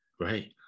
right